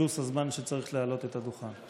פלוס הזמן שצריך להעלות את הדוכן.